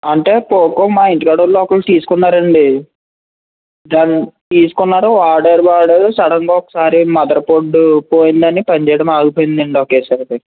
అంటే పోకో మా ఇంటి కాడోల్లు ఒక్కళ్ళు తీసుకున్నారండి దాన్ని తీసుకున్నారు వాడారు వాడారు సడన్గా ఒకసారి మదర్ బోర్డు పోయిందండి పనిచేయడం ఆగిపోయిందండి ఒకేసారి